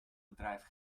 bedrijf